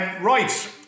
right